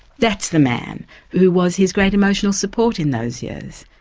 that's the man who was his great emotional support in those years.